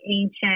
ancient